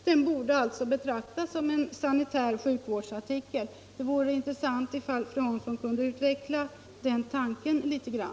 Den borde alltså betraktas som en sanitär sjukvårdsartikel. Det vore intressant om fru Hansson något kunde utveckla den tanken.